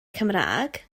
cymraeg